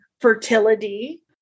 fertility